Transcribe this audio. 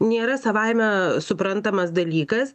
nėra savaime suprantamas dalykas